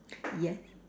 yes